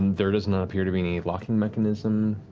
there does not appear to be any locking mechanism.